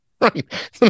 right